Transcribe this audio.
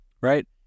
right